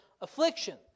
affliction